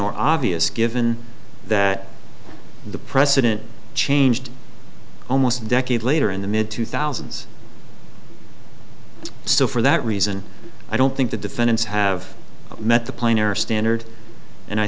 or obvious given that the precedent changed almost a decade later in the mid two thousand so for that reason i don't think the defendants have met the plain or standard and i